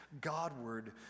Godward